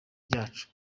ryacu